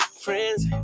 friends